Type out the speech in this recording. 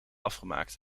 afgemaakt